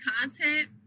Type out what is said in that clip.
content